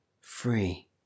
Free